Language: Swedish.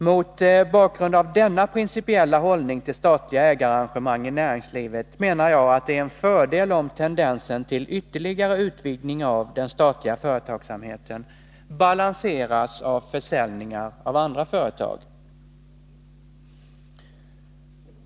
Mot bakgrund av denna principiella hållning till statliga ägarengagemang i näringslivet menar jag att det är en fördel om tendensen till ytterligare utvidgning av den statliga företagsamheten balanseras av försäljningar av andra företag.